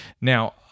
Now